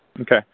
Okay